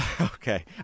Okay